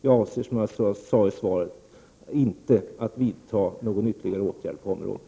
Jag avser, som jag sade i svaret, inte att vidta någon ytterligare åtgärd på området.